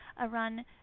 Arun